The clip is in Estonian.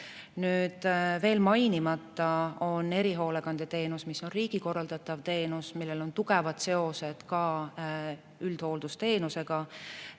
Nüüd, veel on mainimata erihoolekandeteenus, mis on riigi korraldatav teenus, millel on tugevad seosed ka üldhooldusteenusega.